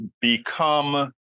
become